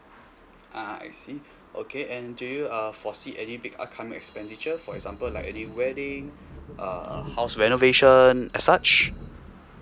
ah I see okay and do you uh foresee any big uh coming expenditure for example like any wedding uh house renovation and such